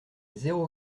zéro